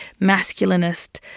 masculinist